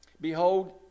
Behold